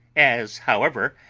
as, however,